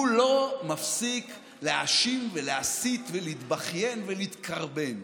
הוא לא מפסיק להאשים ולהסית ולהתבכיין ולהתקרבן.